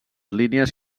línies